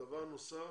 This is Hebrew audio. דבר שלישי.